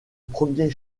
premier